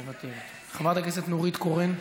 מוותרת, חברת הכנסת נורית קורן.